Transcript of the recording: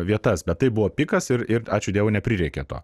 vietas bet tai buvo pikas ir ir ačiū dievui neprireikė to